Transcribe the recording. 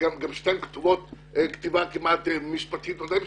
שתיהן כתובות כתיבה משפטית או די משפטית.